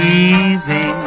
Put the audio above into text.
easy